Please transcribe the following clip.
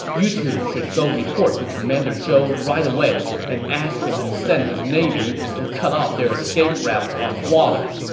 you two should go report to commander zhou right away and ask him to send his navy to cut off their escape route on water.